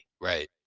Right